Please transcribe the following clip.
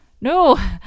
No